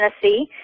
Tennessee